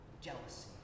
jealousy